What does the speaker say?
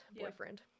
boyfriend